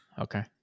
Okay